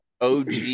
OG